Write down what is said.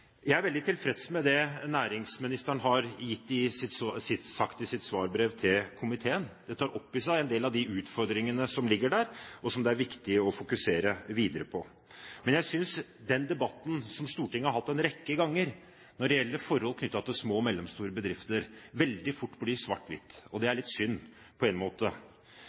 Jeg er veldig tilfreds med det næringsministeren har sagt i sitt svarbrev til komiteen. Det tar opp i seg en del av de utfordringene som ligger der, og som det er viktig å fokusere videre på. Men jeg synes den debatten som Stortinget har hatt en rekke ganger når det gjelder forhold knyttet til små og mellomstore bedrifter, veldig fort blir svart-hvitt, og det er litt synd på en måte.